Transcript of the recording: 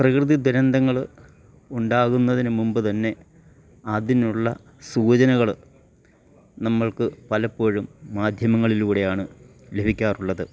പ്രകൃതി ദുരന്തങ്ങള് ഉണ്ടാകുന്നതിന് മുമ്പ് തന്നെ അതിനുള്ള സൂചനകള് നമ്മൾക്ക് പലപ്പോഴും മാധ്യമങ്ങളിലൂടെയാണ് ലഭിക്കാറുള്ളത്